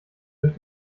durch